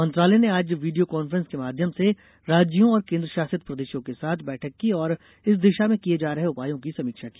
मंत्रालय ने आज वीडियो कांफ्रेंस के माध्यम से राज्यों और केन्द्रशासित प्रदेशों के साथ बैठक की और इस दिशा में किए जा रहे उपायों की समीक्षा की